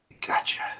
Gotcha